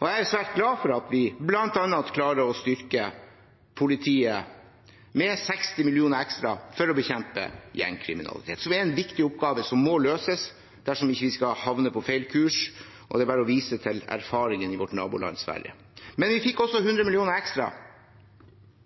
Jeg er svært glad for at vi bl.a. klarte å styrke politiet med 60 mill. kr ekstra for å bekjempe gjengkriminalitet. Det er en viktig oppgave som må løses, dersom vi ikke skal havne på feil kurs. Det er bare å vise til erfaringene i vårt naboland, Sverige. Men vi fikk også til 100 mill. kr ekstra